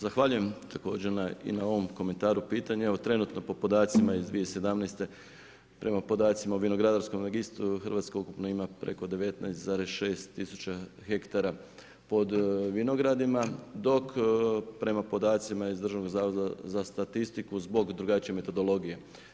Zahvaljujem također i na ovom komentaru, pitanju, trenutno, po podacima iz 2017. prema podacima o vinogradarskom registru, Hrvatska ukupno ima preko 19,6 tisuća hektara pod vinogradima, dok, prema podacima iz Državnog zavoda za statistiku zbog drugačije metodologije.